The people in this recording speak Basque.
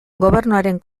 gobernuaren